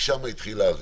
ומשם זה התחיל.